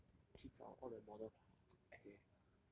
I just 去找 all the model essay